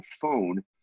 phone